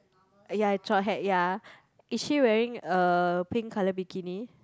ya straw hat ya is she wearing a pink colour bikini